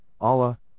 Allah